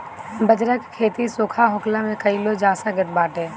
बजरा के खेती सुखा होखलो में कइल जा सकत बाटे